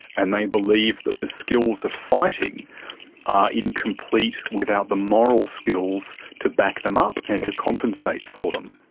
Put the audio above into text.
and they believe that the skills of fighting are incomplete without the moral skills to back them up and to compensate for them.